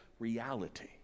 reality